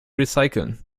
recyceln